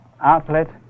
outlet